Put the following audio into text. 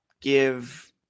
give